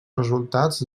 resultats